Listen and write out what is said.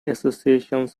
associations